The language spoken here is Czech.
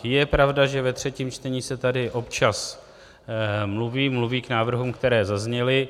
Je pravda, že ve třetím čtení se tady občas mluví k návrhům, které zazněly.